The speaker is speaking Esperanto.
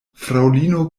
fraŭlino